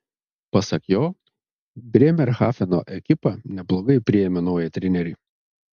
pasak jo brėmerhafeno ekipa neblogai priėmė naują trenerį